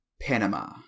Panama